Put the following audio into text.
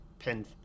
Pin